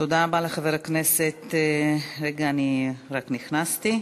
תודה רבה לחבר הכנסת, רגע, אני רק נכנסתי,